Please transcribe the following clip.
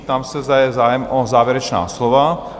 Ptám se, zda je zájem o závěrečná slova?